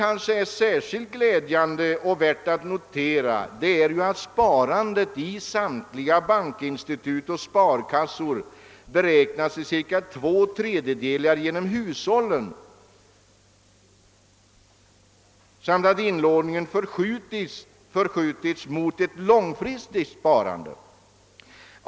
Alldeles särskilt glädjande och värt att notera är att av sparandet i samtliga bankinstitut och sparkassor beräknas cirka två tredjedelar ske genom hushållen samt att inlåningen förskjutes mot ett långfristigt sparande.